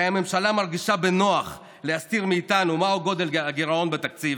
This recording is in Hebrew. הרי הממשלה מרגישה בנוח להסתיר מאיתנו מהו גודל הגירעון בתקציב,